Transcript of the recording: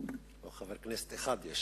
יש חבר כנסת אחד.